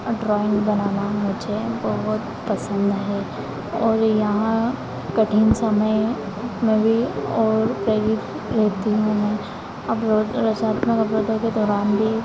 और ड्रॉइंग बनाना मुझे बहुत पसंद है और यह कठिन समय में भी और वृद्धियों में अवरोध रचनात्मक अवराेधों के दौरान भी